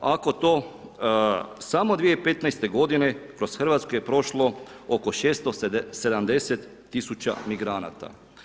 Ako to samo 2015. godine kroz Hrvatsku je prošlo oko 670 0000 migranata.